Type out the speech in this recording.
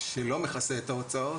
שלא מכסה את ההוצאות,